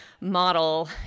model